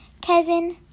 Kevin